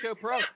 Pro